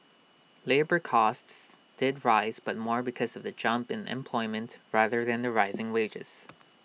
labour costs did rise but more because of the jump in employment rather than the rising wages